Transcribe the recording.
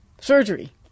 surgery